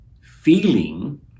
feeling